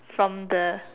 from the